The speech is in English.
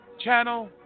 channel